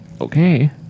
Okay